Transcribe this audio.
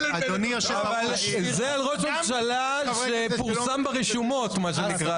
זה ראש ממשלה שפורסם ברשומות, מה שנקרא.